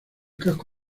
casco